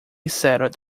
settled